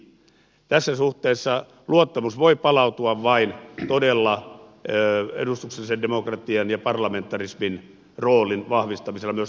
tässä suhteessa luottamus voi palautua todella vain edustuksellisen demokratian ja parlamentarismin roolin vahvistamisella myös tässä asiassa